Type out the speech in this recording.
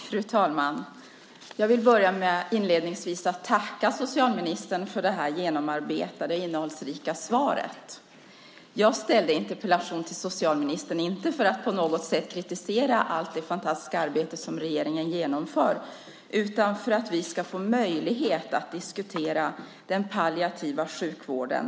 Fru talman! Jag vill börja med att tacka socialministern för det genomarbetade och innehållsrika svaret. Jag ställde interpellationen till socialministern, inte för att på något sätt kritisera allt det fantastiska arbete som regeringen genomför, utan för att vi ska få möjlighet att diskutera den palliativa sjukvården.